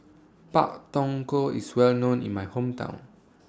Pak Thong Ko IS Well known in My Hometown